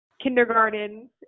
kindergarten